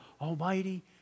Almighty